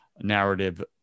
narrative